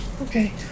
Okay